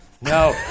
No